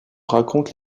raconte